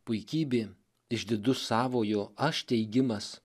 puikybė išdidus savojo aš teigimas